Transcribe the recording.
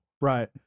Right